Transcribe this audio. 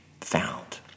found